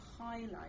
highlight